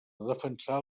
defensar